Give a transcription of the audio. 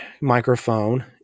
microphone